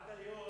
עד היום,